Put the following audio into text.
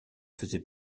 faisait